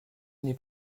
n’est